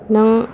नों